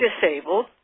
disabled